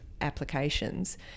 applications